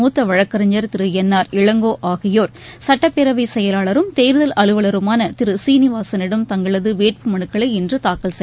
மூத்த வழக்கறிஞர் திரு என் ஆர் இளங்கோ ஆகியோர் சட்டபேரவை செயலாளரும் தோதல் அலுவலருமான திரு சீனிவாசனிடம் தங்களது வேட்புமனுக்களை இன்று தாக்கல் செய்தனா்